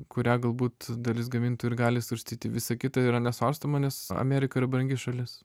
kurią galbūt dalis gamintojų ir gali svarstyti visa kita yra nesvarstoma nes amerika yra brangi šalis